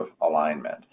alignment